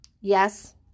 Yes